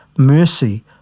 Mercy